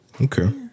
Okay